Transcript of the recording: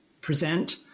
present